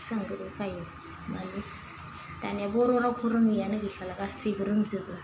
सोंगोरो खायो मानि दानिया बर' रावखौ रोङैयानो गैखाला गासिबो रोंजोबो